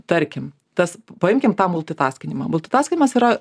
tarkim tas paimkim tą multitaskinimą multitaskinimas yra